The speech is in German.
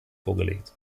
vorgelegt